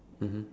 mmhmm